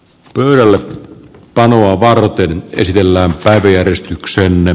pöydälle panoa varten esitellään päiväjärjestykseen